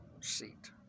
seat